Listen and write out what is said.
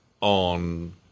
on